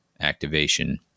activation